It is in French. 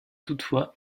toutefois